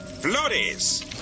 flores